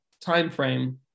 timeframe